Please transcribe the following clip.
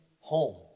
home